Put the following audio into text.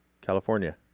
California